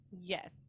Yes